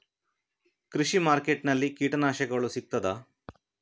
ಕೃಷಿಮಾರ್ಕೆಟ್ ನಲ್ಲಿ ಕೀಟನಾಶಕಗಳು ಸಿಗ್ತದಾ?